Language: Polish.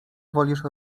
wolisz